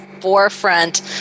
forefront